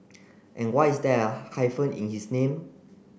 and why is there hyphen in his name